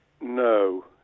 No